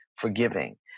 forgiving